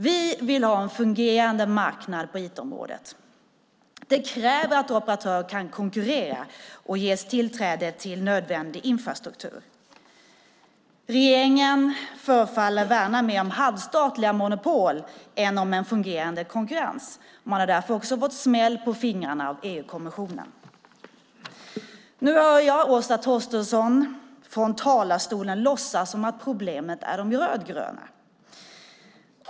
Vi vill ha en fungerande marknad på IT-området. Det kräver att operatörer kan konkurrera och ges tillträde till nödvändig infrastruktur. Regeringen förefaller värna mer om halvstatliga monopol än om en fungerande konkurrens, och man har därför också fått smäll på fingrarna av EU-kommissionen. Nu hör jag Åsa Torstensson från talarstolen låtsas som att problemet är De rödgröna.